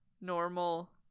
normal